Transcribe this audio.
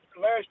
last